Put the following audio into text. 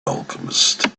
alchemist